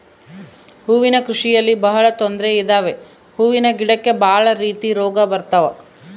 ಹೂವಿನ ಕೃಷಿಯಲ್ಲಿ ಬಹಳ ತೊಂದ್ರೆ ಇದಾವೆ ಹೂವಿನ ಗಿಡಕ್ಕೆ ಭಾಳ ರೀತಿ ರೋಗ ಬರತವ